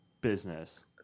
business